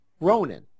Ronan